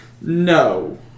No